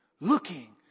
looking